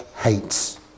hates